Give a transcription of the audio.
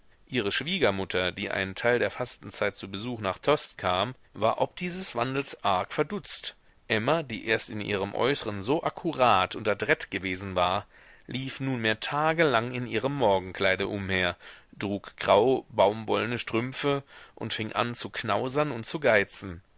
ihre schwiegermutter die einen teil der fastenzeit zu besuch nach tostes kam war ob dieses wandels arg verdutzt emma die erst in ihrem äußeren so akkurat und adrett gewesen war lief nunmehr tagelang in ihrem morgenkleide umher trug graue baumwollne strümpfe und fing an zu knausern und zu geizen